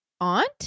aunt